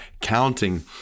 counting